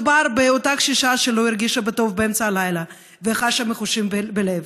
מדובר באותה קשישה שלא הרגישה בטוב באמצע הלילה וחשה מיחושים בלב,